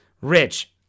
Rich